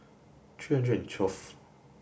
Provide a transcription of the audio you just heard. three hundred and twelve